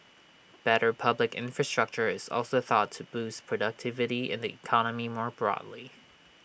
better public infrastructure is also thought to boost productivity in the economy more broadly